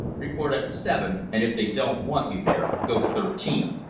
report at seven, and if they don't want you there, go to thirteen.